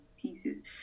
pieces